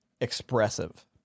expressive